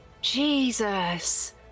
Jesus